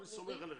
אני סומך עליכם.